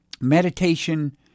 Meditation